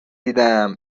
دیدم